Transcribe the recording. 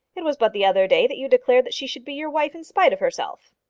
it was but the other day that you declared that she should be your wife in spite of herself.